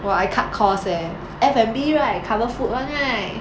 !wah! I cut cost leh F&B right cover food [one] right